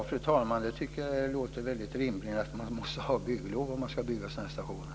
Fru talman! Jag tycker det låter väldigt rimligt att man måste ha bygglov om man ska bygga sådana stationer.